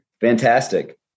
Fantastic